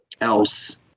else